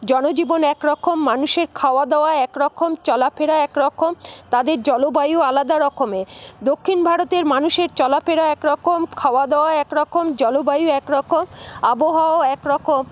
জনজীবন একরকম মানুষের খাওয়া দাওয়া একরকম চলাফেরা একরকম তাদের জলবায়ু আলাদা রকমের দক্ষিণ ভারতের মানুষের চলাফেরা একরকম খাওয়া দাওয়া একরকম জলবায়ু একরকম আবহাওয়াও একরকম